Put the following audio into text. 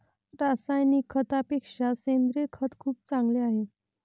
रासायनिक खतापेक्षा सेंद्रिय खत खूप चांगले आहे